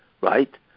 right